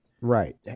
Right